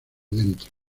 dentro